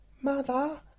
Mother